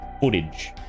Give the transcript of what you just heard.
footage